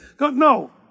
No